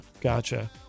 Gotcha